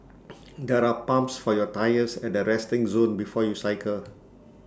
there are pumps for your tyres at the resting zone before you cycle